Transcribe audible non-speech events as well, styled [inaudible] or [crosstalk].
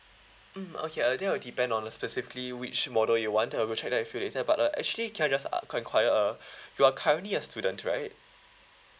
mm okay uh that will depend on uh specifically which model you want I will check that for you later but uh actually can I just uh enquire uh [breath] you are currently a student right